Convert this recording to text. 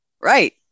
Right